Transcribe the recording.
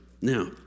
Now